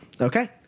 Okay